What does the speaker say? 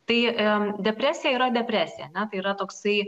tai em depresija yra depresija ane tai yra toksai